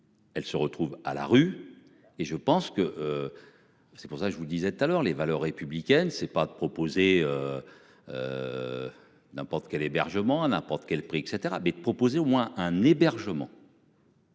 Elle se retrouve à la rue et je pense que. C'est pour ça que je vous disais tout à l'heure les valeurs républicaines. C'est pas de proposer. N'importe quel hébergement à n'importe quel prix et caetera bêtes proposées au moins un hébergement.